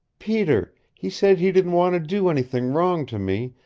peter he said he didn't want to do anything wrong to me,